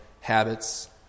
habits